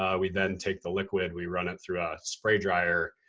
um we then take the liquid, we run it through a spray dryer,